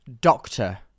Doctor